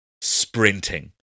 sprinting